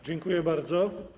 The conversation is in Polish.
Dziękuję bardzo.